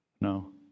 No